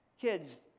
Kids